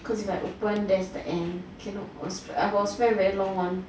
cause you like open then that's the end cannot I was friend very long